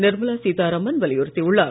நிர்மலா சீதாராமன் வலியுறுத்தியுள்ளார்